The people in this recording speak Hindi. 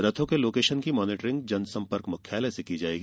रथों के लोकेशन की मॉनिटरिंग जनसंपर्क मुख्यालय से की जायेगी